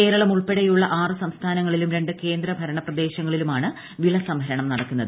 കേരളം ഉൾപ്പെടെയുള്ള ആറ് സംസ്ഥാനങ്ങളിലും രണ്ട് കേന്ദ്ര ഭരണ പ്രദേശങ്ങളിലുമാണ് വിള സംഭരണം നടക്കുന്നത്